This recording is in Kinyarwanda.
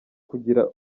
kugira